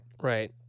Right